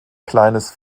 kleines